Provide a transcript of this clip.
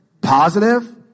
Positive